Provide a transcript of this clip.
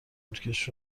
نوکش